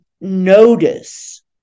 notice